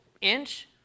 inch